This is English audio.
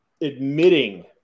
admitting